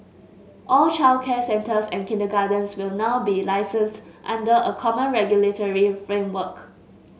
all childcare centres and kindergartens will now be licensed under a common regulatory framework